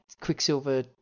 Quicksilver